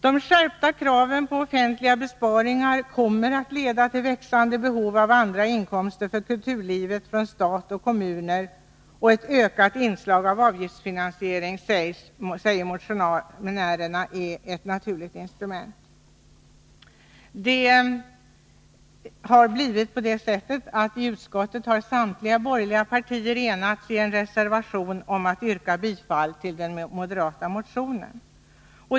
De skärpta kraven på offentliga besparingar kommer att leda till växande behov av andra inkomster för kulturlivet än bidrag från stat och kommuner. Ett ökat inslag av avgiftsfinansiering är enligt motionärerna ett naturligt instrument. I utskottet har samtliga borgerliga partier enats om att i en reservation yrka bifall till den moderata motionen.